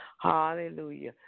Hallelujah